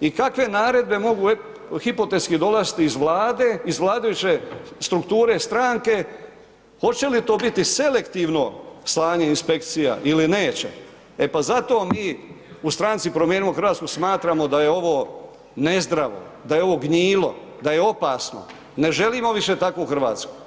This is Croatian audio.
i kakve naredbe mogu hipotetski dolaziti iz Vlade, iz vladajuće strukture stranke, hoće li to biti selektivno slanje inspekcija ili neće, e pa zato mi u stranci promijenimo Hrvatsku smatramo da je ovo nezdravo, da je ovo gnjilo, da je opasno, ne želimo više takvu Hrvatsku.